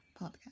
podcast